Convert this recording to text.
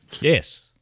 Yes